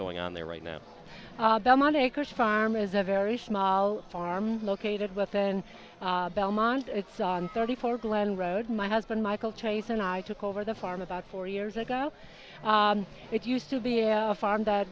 going on there right now belmont acres farm is a very small farm located within belmont it's thirty four glen road my husband michael chase and i took over the farm about four years ago it used to be a farm that